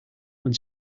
when